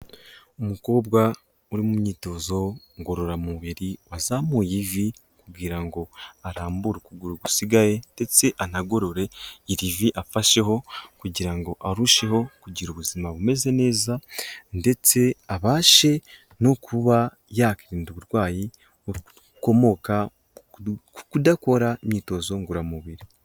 Umukobwa uri mu myitozo ngororamubiri, wazamuye ivi kugira ngo arambure ukuguru gusigaye ndetse anagurure iri vi fasheho, kugira ngo arusheho kugira ubuzima bumeze neza, ndetse abashe no kuba yakwirinda uburwayi bukomoka ku kudakora imyitozo ngororamubiri.